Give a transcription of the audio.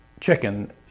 chicken